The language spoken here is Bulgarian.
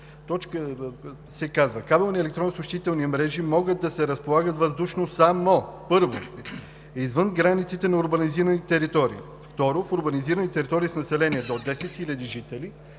това: „(2) Кабелни електронни съобщителни мрежи могат да се разполагат въздушно само: 1. извън границите на урбанизираните територии; 2. в урбанизирани територии с население до 10 000 жители.“